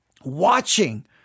watching